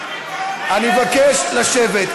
אני מבקש לשבת,